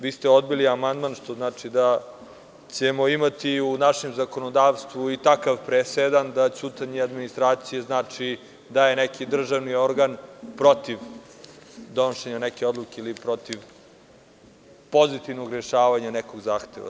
Vi ste odbili amandman, što znači da ćemo imati u našem zakonodavstvu i takav presedan da ćutanje administracije znači da je neki državni organ protiv donošenja neke odluke ili protiv pozitivnog rešavanja nekog zahteva.